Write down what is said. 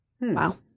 Wow